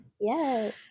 Yes